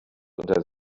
unter